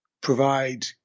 provide